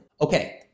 Okay